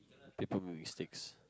people make mistakes